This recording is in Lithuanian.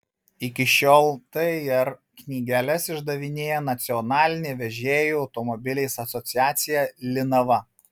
iki šiol tir knygeles išdavinėja nacionalinė vežėjų automobiliais asociacija linava